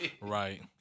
right